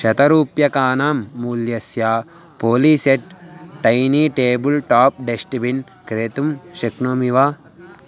शतरूप्यकाणां मूल्यस्य पोलिसेट् टैनी टेबुल् टाप् डस्ट्बिन् क्रेतुं शक्नोमि वा